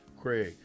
Craig